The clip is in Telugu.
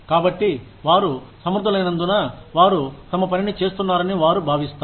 కాబట్టి వారు సమర్ధులైననందున వారు తమ పనిని చేస్తున్నారని వారు భావిస్తారు